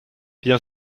bien